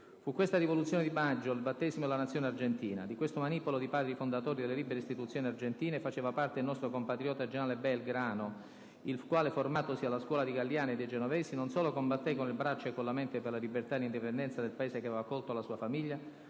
Fu questa «Rivoluzione di maggio» il battesimo della Nazione argentina. Di questo manipolo di padri fondatori delle libere istituzioni argentine faceva parte il nostro compatriota generale Belgrano, il quale, formatosi alla scuola di Galiani e di Genovesi, non solo combatté con il braccio e con la mente per la libertà e l'indipendenza del Paese che aveva accolto la sua famiglia,